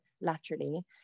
laterally